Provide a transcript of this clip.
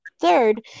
third